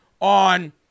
on